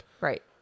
right